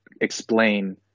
explain